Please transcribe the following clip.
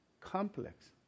complex